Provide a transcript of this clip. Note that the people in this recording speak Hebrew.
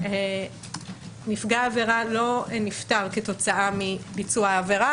נפגע העבירה לא נפטר כתוצאה מביצוע העבירה